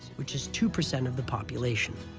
which is two percent of the population.